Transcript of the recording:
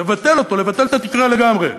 לבטל אותו, לבטל את התקרה לגמרי.